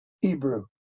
Hebrew